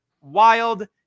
wild